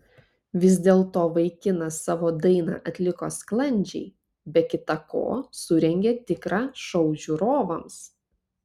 vis dėlto vaikinas savo dainą atliko sklandžiai be kita ko surengė tikrą šou žiūrovams